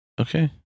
okay